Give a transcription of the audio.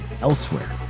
elsewhere